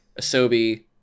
Asobi